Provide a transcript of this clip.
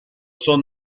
son